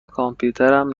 کامپیوترم